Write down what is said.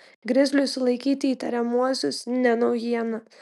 grizliui sulaikyti įtariamuosius ne naujiena